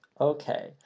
Okay